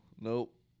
Nope